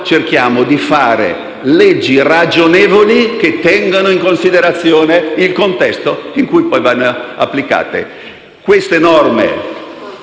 mano, cerchiamo di fare leggi ragionevoli che tengano in considerazione il contesto in cui saranno applicate. Se